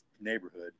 neighborhood